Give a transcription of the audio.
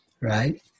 right